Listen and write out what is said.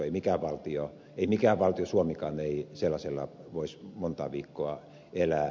ei mikään valtio ei suomikaan sellaisella voisi montaa viikkoa elää